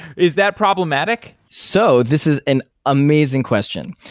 is that problematic? so, this is an amazing question.